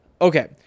Okay